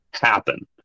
happen